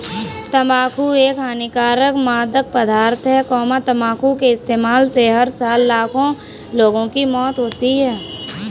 तंबाकू एक हानिकारक मादक पदार्थ है, तंबाकू के इस्तेमाल से हर साल लाखों लोगों की मौत होती है